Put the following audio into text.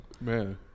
man